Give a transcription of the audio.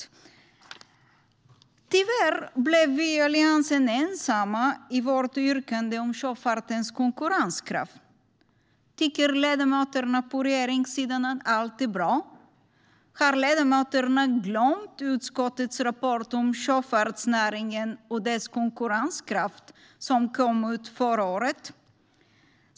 Tyvärr blev vi i Alliansen ensamma i vårt yrkande om sjöfartens konkurrenskraft. Tycker ledamöterna på regeringssidan att allt är bra? Har ledamöterna glömt utskottets rapport Sjöfartsnäringen och dess konkurrenskraft som kom förra året?